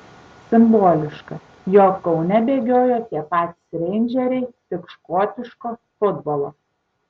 simboliška jog kaune bėgiojo tie patys reindžeriai tik škotiško futbolo